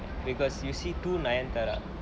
because you see two nayanthara